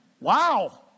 Wow